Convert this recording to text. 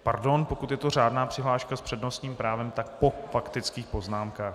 Pardon, pokud je to řádná přihláška s přednostním právem, tak po faktických poznámkách.